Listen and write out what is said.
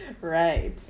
Right